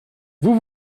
vous